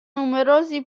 numerosi